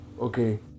Okay